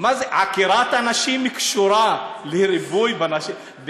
מה, עקירת אנשים קשורה לריבוי נשים?